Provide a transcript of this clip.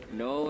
no